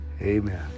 Amen